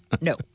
No